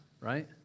right